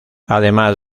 además